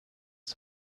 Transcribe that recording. for